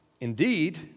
Indeed